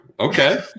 Okay